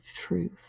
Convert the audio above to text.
truth